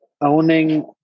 owning